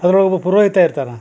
ಅದ್ರೊಳ್ಗು ಪುರೋಹಿತ ಇರ್ತಾನ